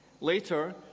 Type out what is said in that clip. Later